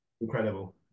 Incredible